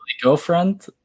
girlfriend